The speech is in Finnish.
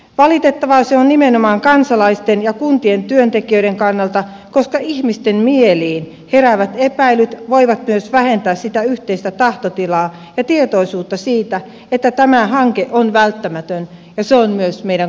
valitettavaa se on nimenomaan kansalaisten ja kuntien työntekijöiden kannalta koska ihmisten mieliin heräävät epäilyt voivat myös vähentää yhteistä tahtotilaa ja tietoisuutta siitä että tämä hanke on välttämätön ja myös meidän kaikkien etu